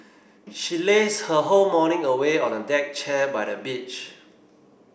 she lazed her whole morning away on a deck chair by the beach